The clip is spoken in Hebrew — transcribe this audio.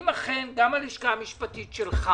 אם אכן גם הלשכה המשפטית שלך